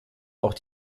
auch